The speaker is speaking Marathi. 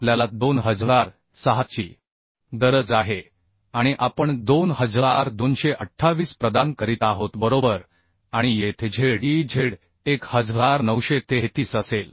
आपल्याला 2006 ची गरज आहे आणि आपण 2228 प्रदान करीत आहोत बरोबर आणि येथे z e z 1933 असेल